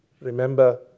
Remember